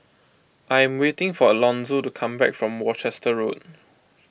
I am waiting for Alonzo to come back from Worcester Road